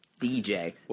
DJ